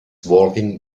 walking